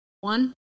one